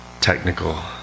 technical